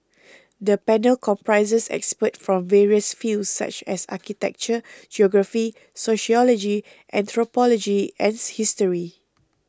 the panel comprises experts from various fields such as architecture geography sociology anthropology and history